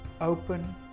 open